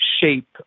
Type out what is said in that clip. shape